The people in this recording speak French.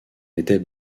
était